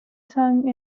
sung